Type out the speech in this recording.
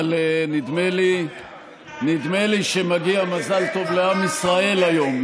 אבל נדמה לי שמגיע מזל טוב לעם ישראל היום,